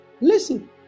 Listen